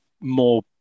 more